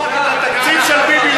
לא רק את התקציב של ביבי לקחת,